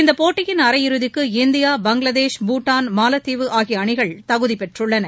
இந்தப் போட்டியின் அரையிறுதிக்கு இந்தியா பங்களாதேஷ் பூட்டான் மாலத்தீவு ஆகிய அணிகள் தகுதிப்பெற்றுள்ளன